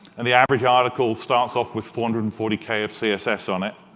and the average article starts off with four hundred and forty k of css on it.